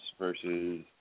versus